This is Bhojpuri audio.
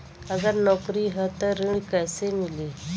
अगर नौकरी ह त ऋण कैसे मिली?